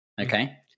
Okay